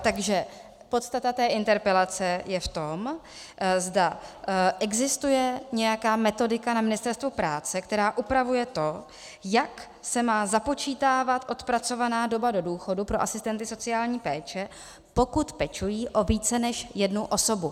Takže podstata té interpelace je v tom, zda existuje nějaká metodika na Ministerstvu práce, která upravuje to, jak se má započítávat odpracovaná doba do důchodu pro asistenty sociální péče, pokud pečují o více než jednu osobu.